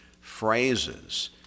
phrases